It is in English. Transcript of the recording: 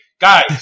guys